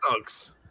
dogs